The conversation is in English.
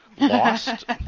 Lost